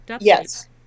Yes